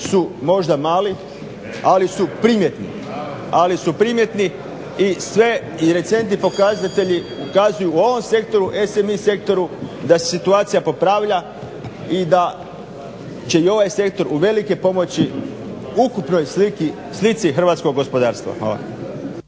su možda mali, ali su primjetni, ali su primjetni i sve, i recentni pokazatelji pokazuju u ovom sektoru, SIM sektoru da se situacija popravlja i da će i ovaj sektor u velike pomoći ukupnoj slici hrvatskoj gospodarstva.